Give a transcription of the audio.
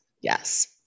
Yes